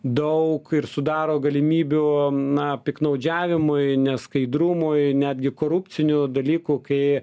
daug ir sudaro galimybių na piktnaudžiavimui neskaidrumui netgi korupcinių dalykų kai